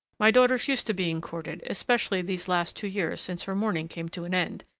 my daughter's used to being courted, especially these last two years since her mourning came to an end,